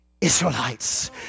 Israelites